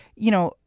you know,